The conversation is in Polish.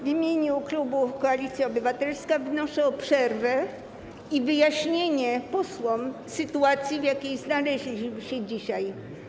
W imieniu klubu Koalicja Obywatelska wnoszę o przerwę i wyjaśnienie posłom sytuacji, w jakiej znaleźliśmy się dzisiaj.